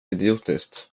idiotiskt